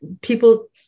people